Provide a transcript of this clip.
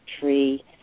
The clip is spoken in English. tree